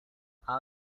how